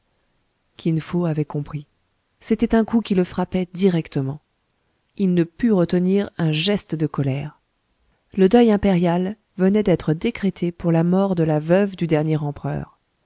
kin fo avait compris c'était un coup qui le frappait directement il ne put retenir un geste de colère le deuil impérial venait d'être décrété pour la mort de la veuve du dernier empereur